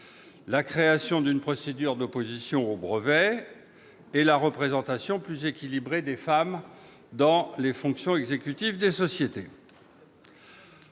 la création d'une procédure d'opposition aux brevets, ou encore à la représentation plus équilibrée des femmes dans les fonctions exécutives des sociétés.